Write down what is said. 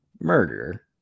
murder